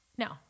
No